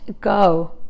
go